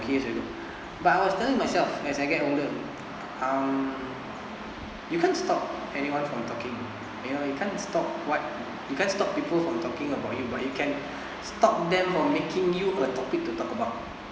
~ey years ago but I was telling myself as I get older um you can't stop anyone from talking you know you can't stop what you can't stop people from talking about you but you can stop them from making you a topic to talk about